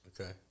Okay